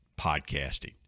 Podcasting